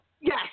yes